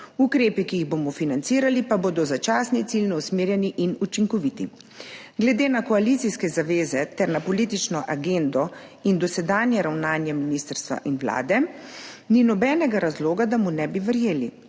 Ukrepi, ki jih bomo financirali, pa bodo začasni, ciljno usmerjeni in učinkoviti.« Glede na koalicijske zaveze ter na politično agendo in dosedanje ravnanje ministrstva in Vlade ni nobenega razloga, da mu ne bi verjeli.